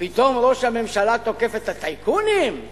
פתאום ראש הממשלה תוקף את הטייקונים,